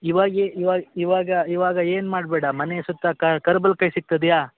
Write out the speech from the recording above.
ಇವಾಗ ಏ ಇವಾಗ ಇವಾಗ ಇವಾಗ ಏನು ಮಾಡಬೇಡ ಮನೆ ಸುತ್ತ ಕರ್ಬಲ್ ಕಾಯಿ ಸಿಗ್ತದೆಯಾ